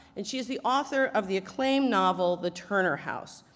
and she is the author of the acclaimed novel the turner house,